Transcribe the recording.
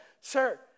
Sir